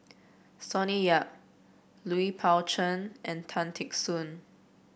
Sonny Yap Lui Pao Chuen and Tan Teck Soon